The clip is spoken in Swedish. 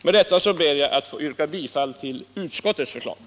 Med detta ber jag att få yrka bifall till utskottets hemställan.